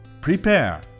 prepare